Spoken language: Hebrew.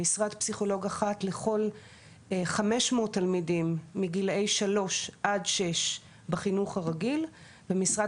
משרת פסיכולוג אחת לכל 500 תלמידים מגילאי 3 עד 6 בחינוך הרגיל; ומשרת